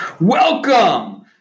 Welcome